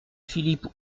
philippe